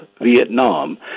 Vietnam